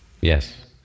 Yes